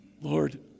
Lord